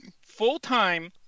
full-time